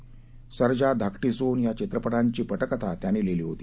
सर्जा धाकटी सून या चित्रपटांची पटकथा त्यांनी लिहिली होती